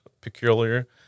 peculiar